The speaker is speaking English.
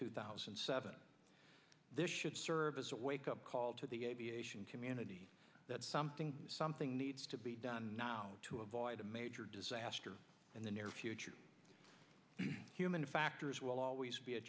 two thousand and seven this should serve as a wakeup call to the aviation community that something something needs to be done to avoid a major disaster in the near future human factors will always be a